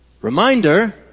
Reminder